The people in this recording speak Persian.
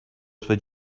قطب